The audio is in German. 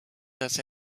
dass